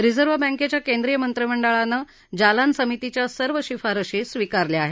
reserve बँकेच्या केंद्रीय मंडळानं जालान समितीच्या सर्व शिफारशी स्वीकारल्या आहेत